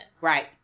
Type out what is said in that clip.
Right